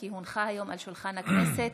כי הונחה היום על שולחן הכנסת,